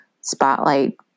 spotlight